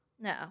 No